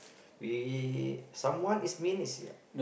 we someone is mean is